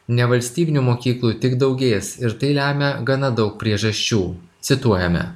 nevalstybinių mokyklų tik daugės ir tai lemia gana daug priežasčių cituojame